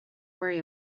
worry